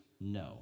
No